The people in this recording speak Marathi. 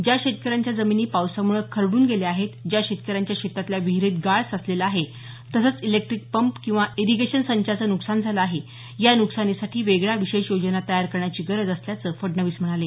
ज्या शेतकऱ्यांच्या जमिनी पावसामुळे खरडून गेल्या आहेत ज्या शेतकऱ्यांच्या शेतातल्या विहिरीत गाळ साचलेला आहे तसंच इलेक्ट्रिक पंप किंवा इरिगेशन संचाचं नुकसान झालं आहे या नुकसानीसाठी वेगळ्या विशेष योजना तयार करण्याची गरज असल्याचं फडणवीस म्हणाले